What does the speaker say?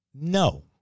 No